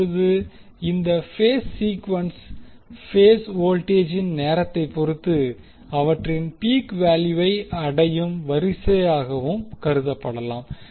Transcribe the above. இப்போது இந்த phase sequence phase வோல்டிஜின் நேரத்தை பொறுத்து அவற்றின் பீக் வேல்யூவை அடையும் வரிசையாகவும் கருதப்படலாம்